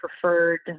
preferred